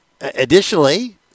Additionally